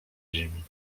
ziemi